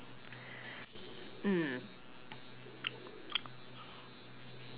mm